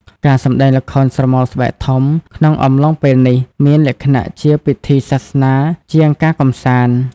ការសម្តែងល្ខោនស្រមោលស្បែកធំ ក្នុងអំឡុងពេលនេះ មានលក្ខណៈជាពិធីសាសនាជាងការកម្សាន្ត។